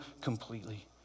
completely